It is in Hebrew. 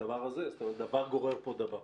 לדבר הזה, זאת אומרת דבר גורר פה דבר.